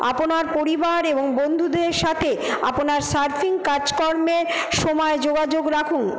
আপনার পরিবার এবং বন্ধুদের সাথে আপনার সার্ফিং কাজকর্মের সময় যোগাযোগ রাখুন